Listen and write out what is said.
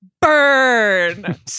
burn